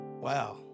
Wow